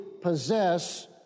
possess